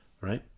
Right